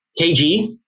KG